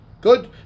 good